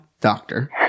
doctor